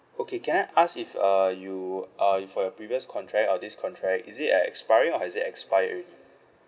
okay can I ask if uh you uh for your previous contract or this contract is it uh expiring or is it expired already